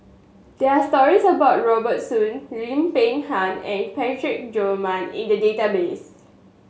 there are stories about Robert Soon Lim Peng Han and Parsick Joaquim in the database